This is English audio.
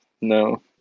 no